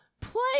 play